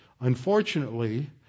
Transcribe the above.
Unfortunately